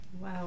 Wow